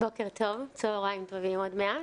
בוקר טוב, צהריים טובים עוד מעט.